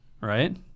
right